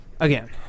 Again